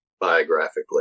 biographically